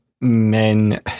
men